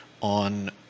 on